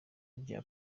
rya